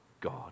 God